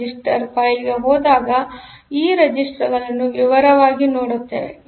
register ಫೈಲ್ಗೆ ಹೋದಾಗ ಈ ರಿಜಿಸ್ಟರ್ ಗಳನ್ನು ವಿವರವಾಗಿ ನೋಡುತ್ತೇವೆ